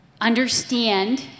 understand